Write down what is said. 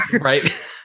right